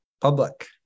public